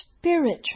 spiritual